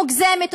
מוגזמת,